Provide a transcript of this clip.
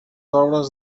obres